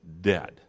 dead